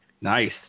Nice